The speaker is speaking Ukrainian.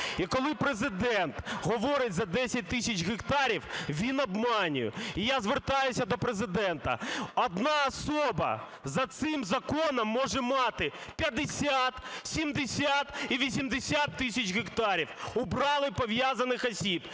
І коли Президент говорить за 10 тисяч гектарів – він обманює. І я звертаюся до Президента, одна особа за цим законом може мати 50, 70 і 80 тисяч гектарів, убрали пов'язаних осіб